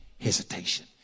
hesitation